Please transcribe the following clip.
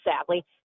sadly